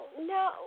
no